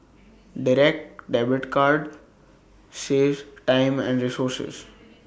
Direct Debit card saves time and resources